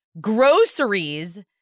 Groceries